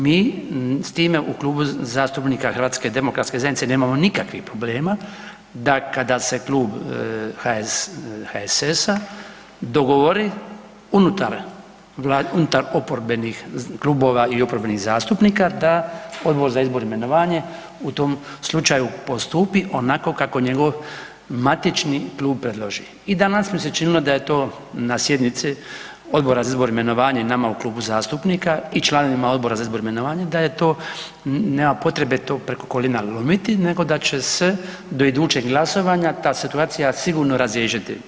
Mi s time u Klubu zastupnika HDZ-a nemamo nikakvih problema da kada se Klub HSS-a dogovori unutar oporbenih klubova i oporbenih zastupnika da Odbor za izvor i imenovanje u tom slučaju postupi onako kako njegov matičnu klub predloži i danas mi se činilo da je to na sjednici Odbora za izvor i imenovanje i nama u klubu zastupnika i članovima Odbora za izbor i imenovanje, da je to, nema potrebe preko koljena lomiti nego da će se do idućeg glasovanja ta situacija sigurno razriješiti.